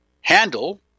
handle